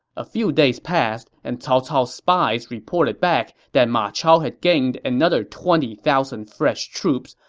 a few days passed, and cao cao's spies reported back that ma chao had gained another twenty thousand fresh troops,